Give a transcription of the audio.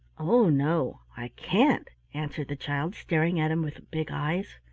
oh, no, i can't! answered the child, staring at him with big eyes.